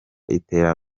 itera